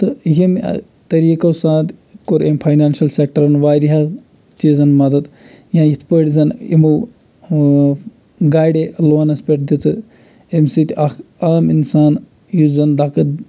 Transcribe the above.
تہٕ ییٚمہِ طٔریٖقو سات کوٚر أمۍ فاینانشَل سٮ۪کٹَرَن واریاہَن چیٖزَن مَدَد یا یِتھ پٲٹھۍ زَن یِمو گاڑے لونَس پٮ۪ٹھ دِژٕ اَمہِ سۭتۍ اَکھ عام اِنسان یُس زَن دَکہٕ